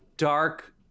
dark